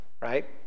Right